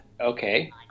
Okay